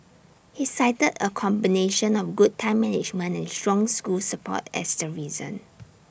he cited A combination of good time management and strong school support as the reason